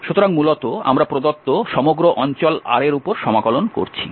সুতরাং মূলত আমরা প্রদত্ত সমগ্র অঞ্চল R এর উপর সমাকলন করছি